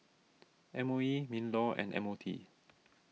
M O E MinLaw and M O T